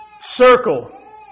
circle